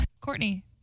Courtney